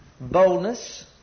boldness